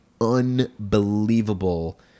unbelievable